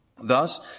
Thus